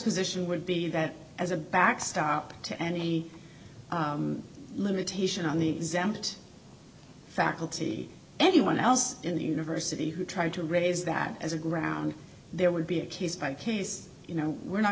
position would be that as a backstop to any limitation on the exempt faculty anyone else in the university who tried to raise that as a ground there would be a case by case you know we're not